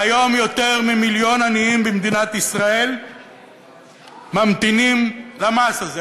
והיום יותר ממיליון עניים במדינת ישראל ממתינים למס הזה.